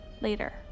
Later